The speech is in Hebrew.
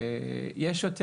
יש יותר